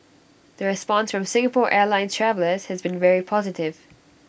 the response from Singapore airlines travellers has been very positive